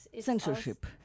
censorship